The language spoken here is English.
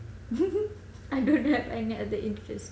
I don't have any other interest